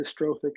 dystrophic